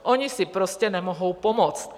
Oni si prostě nemohou pomoct.